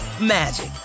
magic